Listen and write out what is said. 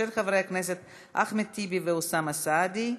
של חברי הכנסת אחמד טיבי ואוסאמה סעדי.